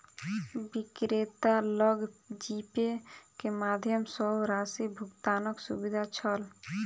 विक्रेता लग जीपे के माध्यम सॅ राशि भुगतानक सुविधा छल